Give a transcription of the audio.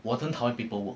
我真的很讨厌做 paperwork